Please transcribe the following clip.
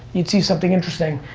you'd see something interesting.